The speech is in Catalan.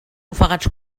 ofegats